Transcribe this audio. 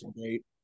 Great